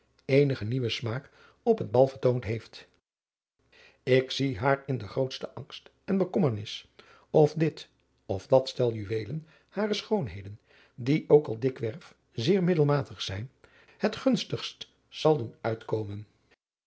eenigen nieuwen smaak op het bal vertoond heeft ik zie haar in den grootsten angst en bekommernis of dit of dat stel juwelen hare schoonheden die ook al dikwerf zeer middelmatig zijn het gunstigst zal doen uitkomen